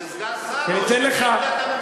זה סגן שר, או שזו עמדת הממשלה?